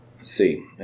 see